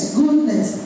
goodness